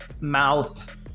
mouth